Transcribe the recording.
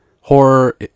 horror